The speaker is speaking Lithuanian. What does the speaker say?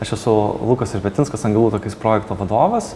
aš esu lukas verpetinskas angelų takais projekto vadovas